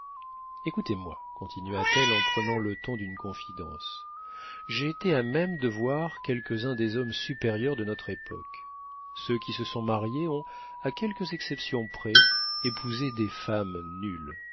écoutez-moi continua-t-elle en prenant le ton d'une confidence j'ai été à même de voir quelques-uns des hommes supérieurs de notre époque ceux qui se sont mariés ont à quelques exceptions près épousé des femmes nulles